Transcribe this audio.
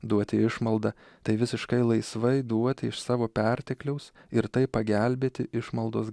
duoti išmaldą tai visiškai laisvai duoti iš savo pertekliaus ir taip pagelbėti išmaldos